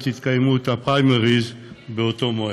התקיימות הפריימריז באותו מועד.